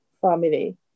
family